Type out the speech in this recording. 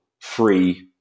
free